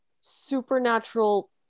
supernatural